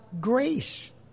grace